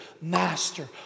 master